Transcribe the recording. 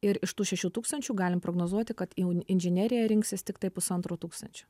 ir iš tų šešių tūkstančių galim prognozuoti kad jau inžineriją rinksis tiktai pusantro tūkstančio